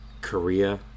Korea